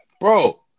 Bro